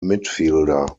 midfielder